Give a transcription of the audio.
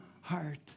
heart